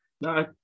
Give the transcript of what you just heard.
No